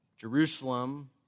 Jerusalem